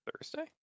Thursday